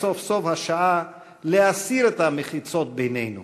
סוף-סוף השעה להסיר את המחיצות בינינו,